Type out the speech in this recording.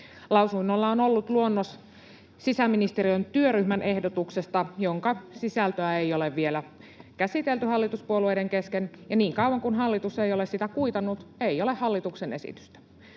Lausunnolla on ollut luonnos sisäministeriön työryhmän ehdotuksesta, jonka sisältöä ei ole vielä käsitelty hallituspuolueiden kesken. Ja niin kauan kuin hallitus ei ole sitä kuitannut, ei ole hallituksen esitystä.